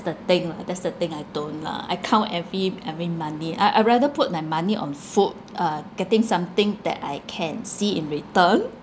the thing lah that's the thing I don't lah I count every I mean money I I rather put my money on food uh getting something that I can see in return